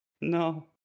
No